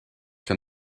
from